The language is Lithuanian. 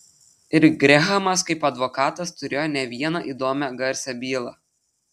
ir grehamas kaip advokatas turėjo ne vieną įdomią garsią bylą